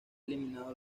eliminado